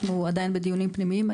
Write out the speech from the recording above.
אנחנו עדיין בדיונים פנימיים.